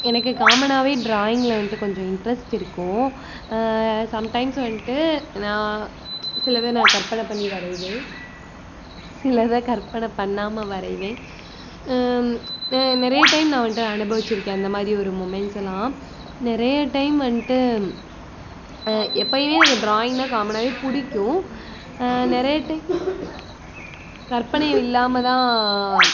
எனக்கு காமனாகவே ட்ராயிங்கில வந்துட்டு கொஞ்சம் இன்ட்ரெஸ்ட் இருக்கும் சம்டைம்ஸ் வந்துட்டு நான் சிலத நான் கற்பனை பண்ணி வரைவேன் சிலதை கற்பனை பண்ணாமல் வரைவேன் நிறைய டைம் நான் வந்துட்டு அனுபவிச்சுருக்கேன் அந்த மாரி ஒரு மூமெண்ட்ஸ் எல்லாம் நிறைய டைம் வந்துட்டு எப்பையுமே எனக்கு ட்ராயிங்கனா காமனாகவே பிடிக்கும் நிறைய டைம் கற்பனை இல்லாமல் தான்